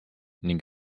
ning